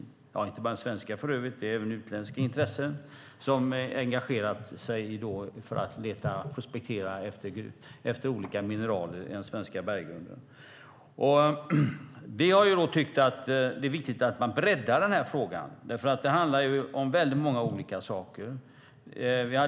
Det handlar för övrigt inte bara om den svenska gruvindustrin, utan även utländska intressen har engagerat sig för att prospektera efter olika mineraler i den svenska berggrunden. Vi har tyckt att det är viktigt att man breddar den här frågan, för det handlar om väldigt många olika saker.